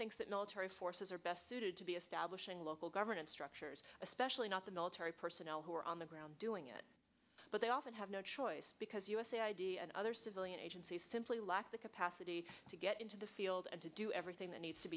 thinks that military forces are best suited to be establishing local governance structures especially not the military personnel who are on the ground doing it but they often have no choice because usa id and other civilian agencies simply lack the capacity to get into the field and to do everything that needs to